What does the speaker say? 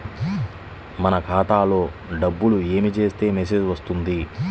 మన ఖాతాలో డబ్బులు ఏమి చేస్తే మెసేజ్ వస్తుంది?